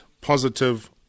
positive